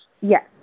yes